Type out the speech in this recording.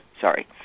Sorry